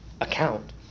account